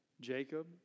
Jacob